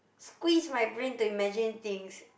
squeeze my brain to imagine things